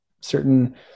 certain